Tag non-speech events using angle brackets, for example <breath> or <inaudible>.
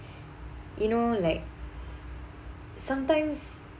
<breath> you know like sometimes